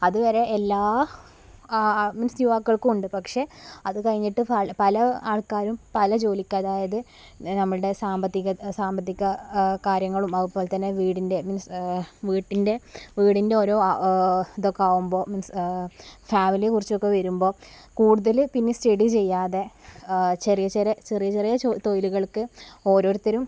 അതുവരെ എല്ലാ മീൻസ് യുവാക്കൾക്കും ഉണ്ട് പക്ഷേ അത് കഴിഞ്ഞിട്ട് പല ആൾക്കാരും പല ജോലിക്ക് അതായത് നമ്മളുടെ സാമ്പത്തിക കാര്യങ്ങളും അതുപോലെ തന്നെ വീടിൻ്റെ മീൻസ് വീട്ടിൻ്റെ വീടിൻ്റെ ഓരോ ഇതൊക്കെ ആവുമ്പോള് മീൻസ് ഫാമിലിയെ കുറിച്ചൊക്കെ വരുമ്പോള് കൂടുതൽ പിന്നെ സ്റ്റഡി ചെയ്യാതെ ചെറിയ ചെറിയ ചെറിയ ചെറിയ തൊഴിലുകൾക്ക് ഓരോരുത്തരും